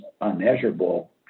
unmeasurable